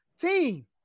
team